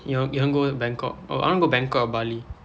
you want you want go bangkok I want to go bangkok or bali